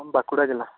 ᱵᱟᱸᱠᱩᱲᱟ ᱡᱮᱞᱟ